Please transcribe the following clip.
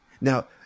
Now